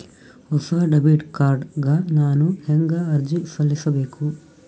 ಹೊಸ debit card ಗ ನಾನು ಹೆಂಗ ಅರ್ಜಿ ಸಲ್ಲಿಸಬೇಕು?